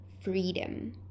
freedom